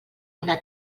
una